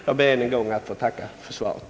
Jag ber än en gång få tacka för svaret,